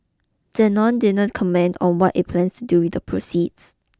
Danone didn't comment on what it plans to do with the proceeds